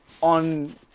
on